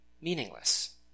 Meaningless